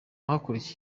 yakuriye